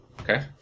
Okay